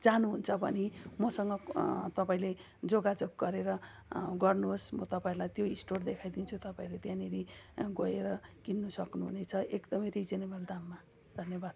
जानुहुन्छ भने मसँग तपाईँले जोगाजोग गरेर गर्नुहोस् म तपाईँलाई त्यो स्टोर देखाइदिन्छु तपाईँहरू त्यहाँनिर गएर किन्नु सक्नुहुनेछ एकदमै रिजनेबल दाममा धन्यवाद